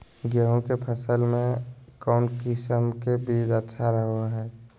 गेहूँ के फसल में कौन किसम के बीज अच्छा रहो हय?